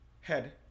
head